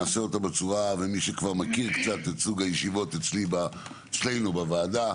ומי שכבר מכיר את סוג הישיבות אצלנו בוועדה,